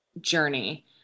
journey